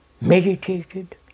meditated